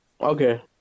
Okay